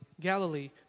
Galilee